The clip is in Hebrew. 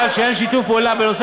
זה לא,